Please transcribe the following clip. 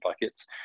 buckets